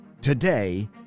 Today